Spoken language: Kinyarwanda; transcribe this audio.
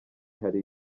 hari